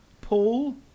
Paul